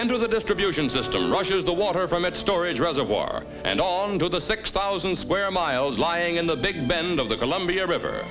into the distribution system rushes the water from its storage reservoir and onto the six thousand square miles lying in the big bend of the columbia river